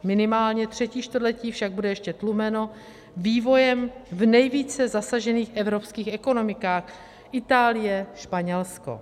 Minimálně třetí čtvrtletí však bude ještě tlumeno vývojem v nejvíce zasažených evropských ekonomikách Itálie, Španělsko.